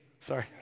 Sorry